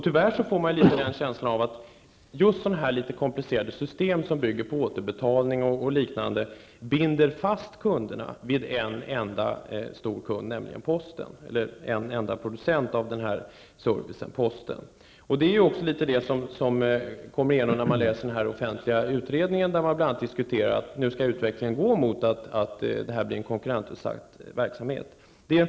Tyvärr får jag känslan av att litet komplicerande system som bygger på återbetalning osv. binder fast kunderna vid en enda producent av denna service, nämligen posten. Det är också något som kommer fram i den offentliga utredning där man bl.a. diskuterat att utvecklingen skall gå mot att postbefordran blir en konkurrensutsatt verksamhet.